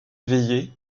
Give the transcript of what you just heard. éveillé